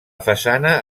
façana